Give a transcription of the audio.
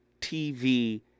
TV